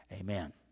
amen